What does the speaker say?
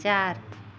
चारि